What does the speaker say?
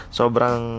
sobrang